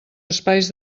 espais